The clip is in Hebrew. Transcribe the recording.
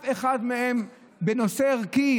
זה נושא ערכי,